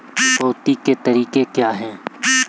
चुकौती के तरीके क्या हैं?